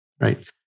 right